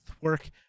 work